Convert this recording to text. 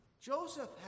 Joseph